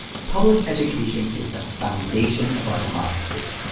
public education is the foundation of our democracy.